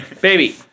Baby